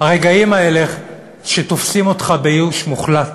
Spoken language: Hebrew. הרגעים האלה שתופסים אותך בייאוש מוחלט.